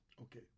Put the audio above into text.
Okay